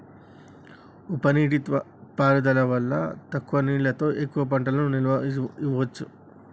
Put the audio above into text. ఉప నీటి పారుదల వల్ల తక్కువ నీళ్లతో ఎక్కువ పంటలకు నీరు ఇవ్వొచ్చు